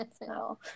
no